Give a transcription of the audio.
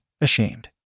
ashamed